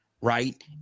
Right